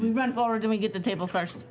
run for it and we get the table first.